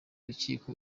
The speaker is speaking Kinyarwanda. rukiko